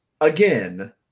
again